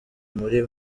muri